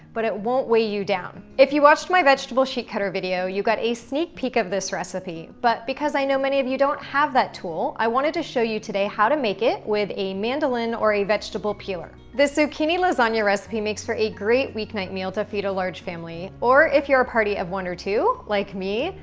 but it won't weigh you down. if you watched my vegetable sheet cutter video, you got a sneak peek of this recipe. but because i know many of you don't have that tool, i wanted to show you today how to make it with a mandoline or a vegetable peeler. this zucchini lasagna recipe makes for a great weeknight meal to feed a large family. or if you're a party of one or two, like me,